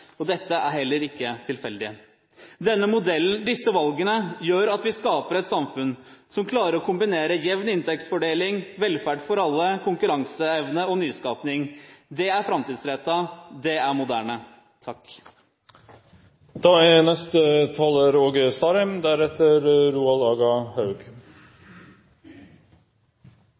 og dette er heller ikke tilfeldig. Disse valgene gjør at vi skaper et samfunn som klarer å kombinere jevn inntektsfordeling, velferd for alle, konkurranseevne og nyskaping – det er framtidsrettet, det er moderne. Når eg reiser rundt i mitt eige fylke og har vore rundt i landet på komitéreiser, er